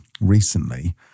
recently